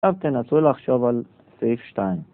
עכשיו תנסו לחשוב על סעיף 2